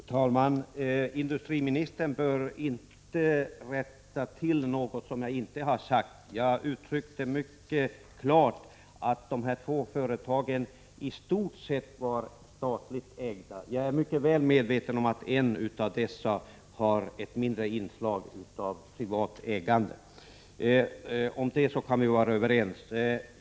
Fru talman! Industriministern bör inte rätta något som jag inte har sagt. Jag uttryckte mycket klart att de två företagen i stort sett var statligt ägda. Jag är mycket väl medveten om att ett av företagen har ett mindre inslag av privat ägande. Om detta kan vi vara överens.